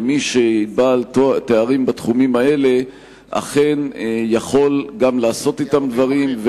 ומי שהוא בעל תארים בתחומים האלה אכן יכול לעשות אתם דברים,